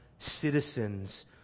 Citizens